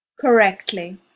correctly